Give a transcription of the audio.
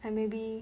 I maybe